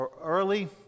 early